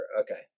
Okay